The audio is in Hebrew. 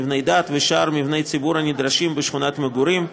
מבני דת ושאר מבני ציבור הנדרשים בשכונת מגורים,